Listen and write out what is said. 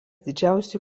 didžiausių